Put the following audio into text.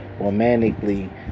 romantically